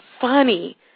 funny